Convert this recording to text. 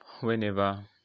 whenever